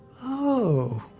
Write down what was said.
oh.